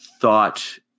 thought